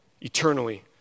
eternally